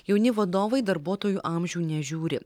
jauni vadovai darbuotojų amžių nežiūri